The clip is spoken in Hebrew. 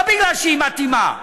לא מפני שהיא מתאימה,